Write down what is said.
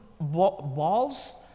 balls